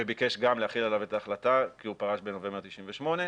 וביקש גם להחיל עליו את ההחלטה כי הוא פרש בנובמבר 98'